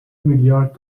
میلیارد